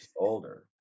older